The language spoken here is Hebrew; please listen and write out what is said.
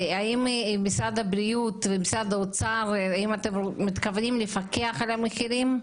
האם משרד הבריאות ומשרד האוצר מתכוונים לפקח על המחירים?